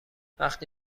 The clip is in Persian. وقتی